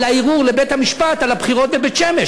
לערעור לבית-המשפט על הבחירות בבית-שמש.